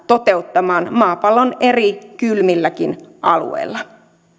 toteuttamaan maapallon eri kylmilläkin alueilla